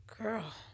Girl